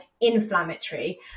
inflammatory